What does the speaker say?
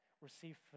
receive